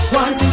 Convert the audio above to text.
one